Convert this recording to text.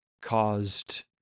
caused